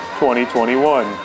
2021